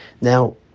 now